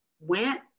went